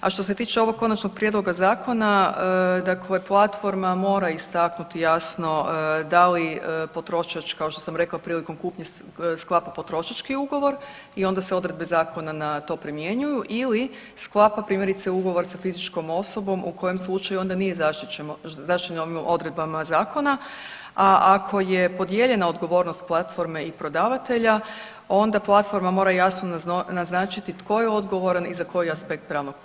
A što se tiče ovog konačnog prijedloga zakona platforma mora istaknuti jasno da li potrošač kao što sam rekla prilikom kupnje sklapa potrošački ugovor i onda se odredbe zakona na to primjenjuju ili sklapa primjerice ugovor sa fizičkom osobom u kojem slučaju onda nije zaštićen odredbama zakona, a ako je podijeljena odgovornost platforme i prodavatelja onda platforma mora jasno naznačiti tko je odgovoran i za koji aspekt pravnog posla.